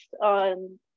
on